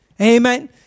Amen